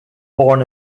born